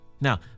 Now